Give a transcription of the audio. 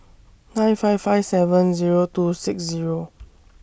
nine five five seven Zero two six Zero